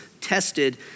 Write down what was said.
tested